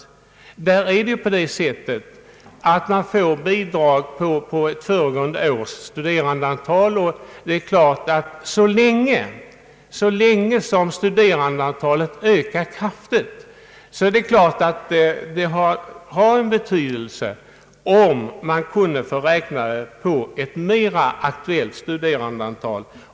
Bidrag utgår ju nu på grundval av föregående års studerandeantal. Så länge som antalet studerande ökar kraftigt har det givetvis sin betydelse om man kunde räkna ut bidraget på basis av ett mera aktuellt studerandeantal.